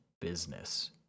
business